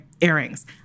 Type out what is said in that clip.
earrings